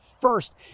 first